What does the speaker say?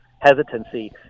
hesitancy